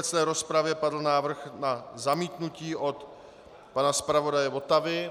V obecné rozpravě padl návrh na zamítnutí od pana zpravodaje Votavy.